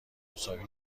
مساوی